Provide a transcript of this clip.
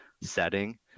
setting